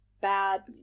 bad